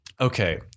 Okay